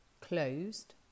closed